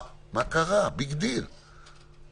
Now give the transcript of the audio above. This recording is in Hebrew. למה הדבר הזה גורם?